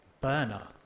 Burner